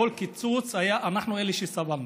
בכל קיצוץ אנחנו אלה שסבלנו.